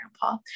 grandpa